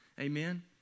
Amen